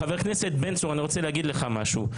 חבר הכנסת בן צור, אני רוצה להגיד לך משהו.